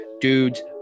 Dudes